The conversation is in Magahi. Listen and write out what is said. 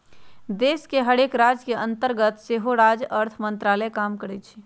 देश के हरेक राज के अंतर्गत सेहो राज्य अर्थ मंत्रालय काम करइ छै